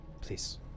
please